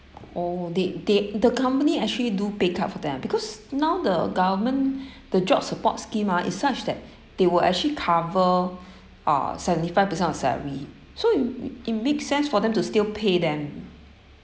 oh they they the company actually do pay cut for them because now the government the job support scheme ah is such that they will actually cover uh seventy-five percent of salary so it makes sense for them to still pay them